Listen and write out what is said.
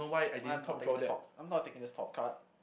I'm not taking this top I'm not taking this top card